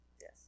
Yes